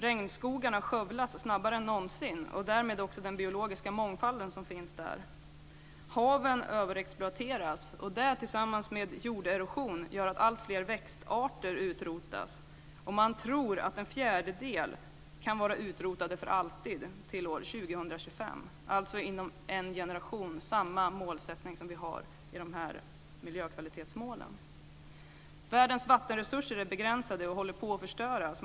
Regnskogarna skövlas snabbare än någonsin, därmed också den biologiska mångfald som finns där. Haven överexploateras. Det tillsammans med jorderosion gör att alltfler växtarter utrotas. Man tror att en fjärdedel kan vara utrotad för alltid till år 2025, alltså inom en generation. Det är samma tidrymd som vi har för de här miljökvalitetsmålen. Världens vattenresurser är begränsade och håller på att förstöras.